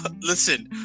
Listen